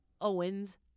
Owens